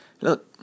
look